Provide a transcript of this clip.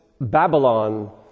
Babylon